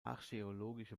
archäologische